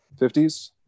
50s